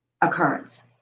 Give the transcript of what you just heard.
occurrence